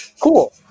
Cool